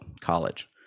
college